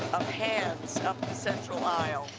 of hands up the central aisle.